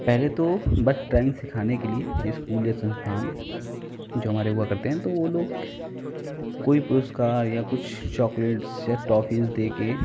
पहले तो बस ड्राइंग सिखाने के लिए इस्कूल या संस्थान जो हमारे हुआ करते हैं तो वह लोग कोई पुरस्कार या कुछ चॉकलेट्स या टोफ्फीस देकर